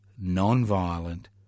non-violent